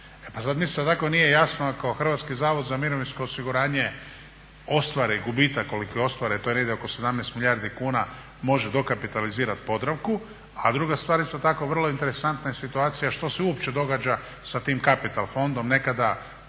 mi isto tako nije jasno ako HZMO ostvari gubitak koliko je ostvaren to je negdje oko 17 milijardi kuna može dokapitalizirati Podravku, a druga stvar isto tako vrlo je interesantna situacija što se uopće događa sa tim Capital fondom, nekada